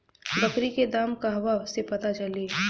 बकरी के दाम कहवा से पता चली?